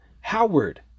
Howard